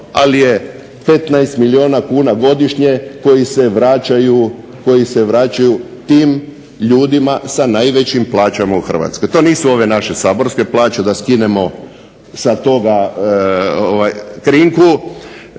ali je 15 milijuna kuna godišnje koji se vraćaju tim ljudima sa najvećim plaćama u Hrvatskoj. To nisu ove naše saborske plaće da skinemo sa toga krinku.